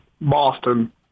Boston